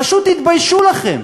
פשוט תתביישו לכם.